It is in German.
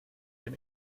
ein